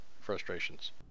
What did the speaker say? frustrations